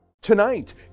Tonight